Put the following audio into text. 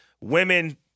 women